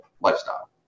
lifestyle